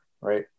right